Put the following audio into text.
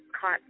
caught